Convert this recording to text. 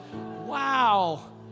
wow